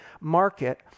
market